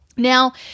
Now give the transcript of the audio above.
Now